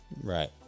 Right